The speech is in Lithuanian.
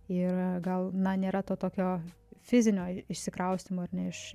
ir gal na nėra tokio fizinio išsikraustymo ar ne iš